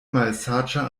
malsaĝa